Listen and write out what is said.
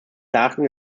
erachtens